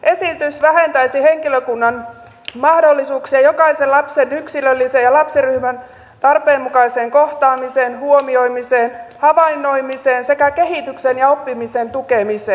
esitys vähentäisi henkilökunnan mahdollisuuksia jokaisen lapsen yksilölliseen ja lapsiryhmän tarpeen mukaiseen kohtaamiseen huomioimiseen havainnoimiseen sekä kehityksen ja oppimisen tukemiseen